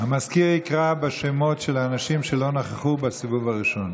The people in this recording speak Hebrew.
המזכיר יקרא בשמות של אנשים שלא נכחו בסיבוב הראשון.